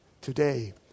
Today